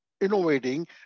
innovating